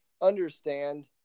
understand